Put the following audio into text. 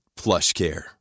PlushCare